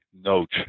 note